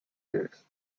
des